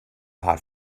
hot